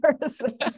person